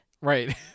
Right